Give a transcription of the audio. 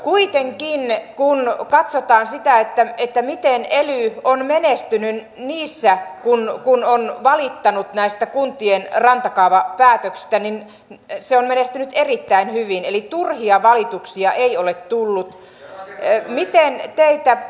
ja kuitenkin kun katsotaan sitä miten ely on menestynyt niissä kun on valittanut näistä kuntien rantakaavapäätöksistä niin se on menestynyt erittäin hyvin eli turhia valituksia ei ole tullut